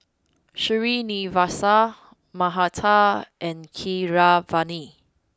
Srinivasa Mahatma and Keeravani